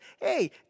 hey